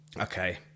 Okay